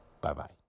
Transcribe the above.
Bye-bye